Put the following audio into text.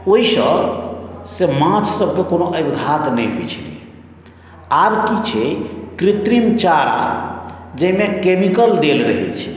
ओहिसँ से माछसभके कोनो अवघात नहि होइत छलै आब की छै कृत्रिम चारा जाहिमे केमिकल देल रहैत छै